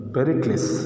Pericles